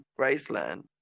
Graceland